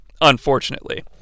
unfortunately